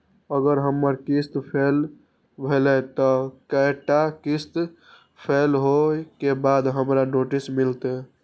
अगर हमर किस्त फैल भेलय त कै टा किस्त फैल होय के बाद हमरा नोटिस मिलते?